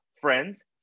friends